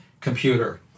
computer